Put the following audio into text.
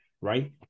Right